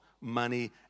money